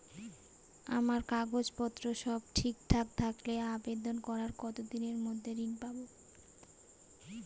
আমার কাগজ পত্র সব ঠিকঠাক থাকলে আবেদন করার কতদিনের মধ্যে ঋণ পাব?